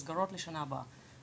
מסגרות לשנה הבאה.